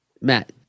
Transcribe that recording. Matt